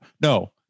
No